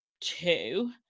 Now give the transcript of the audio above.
two